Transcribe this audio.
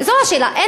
זו השאלה.